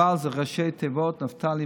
להגיש איתך חוק כזה.